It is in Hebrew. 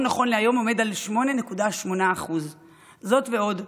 ונכון להיום הוא עומד על 8.8%. זאת ועוד,